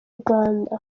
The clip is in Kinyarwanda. rwanda